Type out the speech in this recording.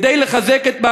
כדי לחזק את מעמדו.